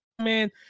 man